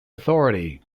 authority